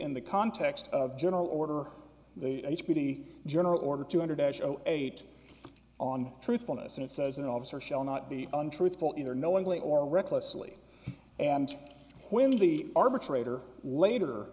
in the context of general order the h p d general order two hundred eight on truthfulness and it says an officer shall not be untruthful either knowingly or recklessly and when the arbitrator later